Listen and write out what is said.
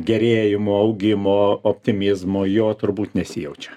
gerėjimo augimo optimizmo jo turbūt nesijaučia